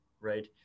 right